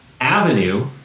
avenue